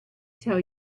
tell